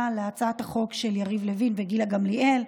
על הצעת החוק של יריב לוין וגילה גמליאל.